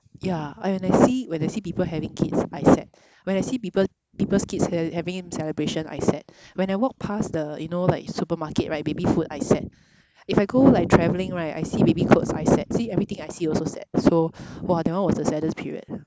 yeah like when I see when I see people having kids I sad when I see people people's kids ha~ having celebration I sad when I walk past the you know like supermarket right baby food I sad if I go like travelling right I see baby clothes I sad see everything I see also sad so !wah! that one was the saddest period